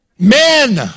Men